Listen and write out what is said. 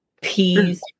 Peas